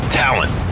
talent